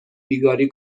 بیگاری